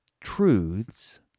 truths